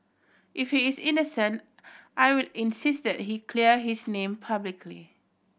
if he is innocent I will insist that he clear his name publicly